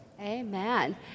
Amen